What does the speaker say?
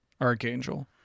Archangel